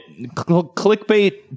clickbait